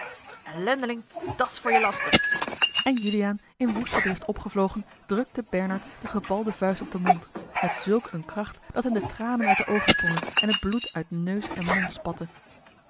baron ellendeling dat's voor je laster en juliaan in woeste drift opgevlogen drukte bernard de gebalde vuist op den mond met zulk eene kracht dat hem de tranen uit de oogen sprongen en het bloed uit neus en mond spatte